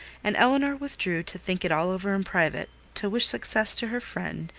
and elinor withdrew to think it all over in private, to wish success to her friend,